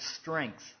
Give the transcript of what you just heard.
strength